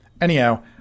Anyhow